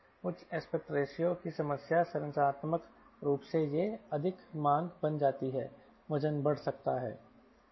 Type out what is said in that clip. उच्च aspect ratio की समस्या संरचनात्मक रूप से यह अधिक मांग बन जाती है वजन बढ़ सकता है